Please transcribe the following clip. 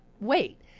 wait